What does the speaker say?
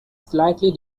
slightly